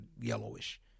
yellowish